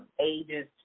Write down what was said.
Ages